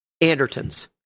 Anderton's